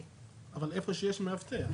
אבל זה איפה שיש מאבטח.